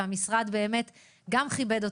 והמשרד גם כיבד אותה,